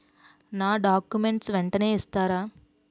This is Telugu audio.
నా డాక్యుమెంట్స్ వెంటనే ఇస్తారా?